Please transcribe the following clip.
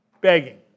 Begging